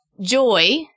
Joy